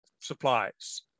supplies